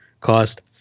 Cost